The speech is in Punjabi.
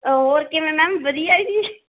ਅ ਹੋਰ ਕਿਵੇਂ ਮੈਮ ਵਧੀਆ ਜੀ